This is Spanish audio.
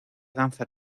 danza